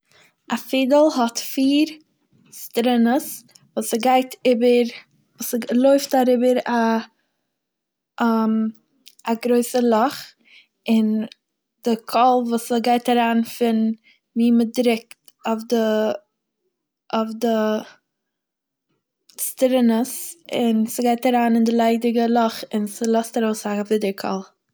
א פידל האט פיר סטרונעס וואס ס'גייט איבער- וואס ס'לויפט אריבער א א גרויסע לאך און די קול וואס ס'גייט אריין פון ווי מ'דרוקט אויף די- אויף די סטרונעס און ס'גייט אריין אין די ליידיגע לאך און ס'לאזט ארויס א ווידערקול.